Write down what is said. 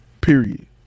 Period